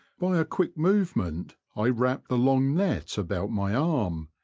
by a quick movement i wrap the long net about my arm,